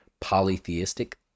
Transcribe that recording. polytheistic